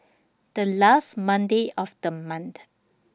The last Monday of The month